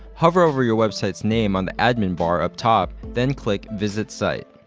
hover over your website's name on the admin bar up top, then click visit site.